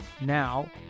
now